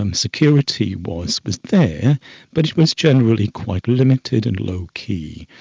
um security was was there but it was generally quite limited and low key,